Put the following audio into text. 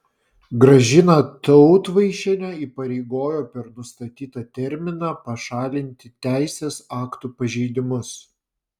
gražiną tautvaišienę įpareigojo per nustatytą terminą pašalinti teisės aktų pažeidimus